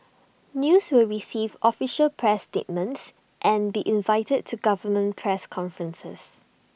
news will receive official press statements and be invited to government press conferences